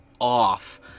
off